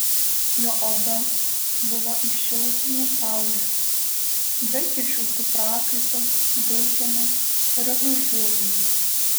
jo oda buvo įšilusi nuo saulės dvelkė šiltu prakaitu dulkėmis ir avižuolėmis